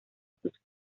sus